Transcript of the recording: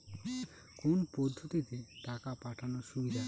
কোন পদ্ধতিতে টাকা পাঠানো সুবিধা?